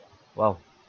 !wow!